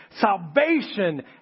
salvation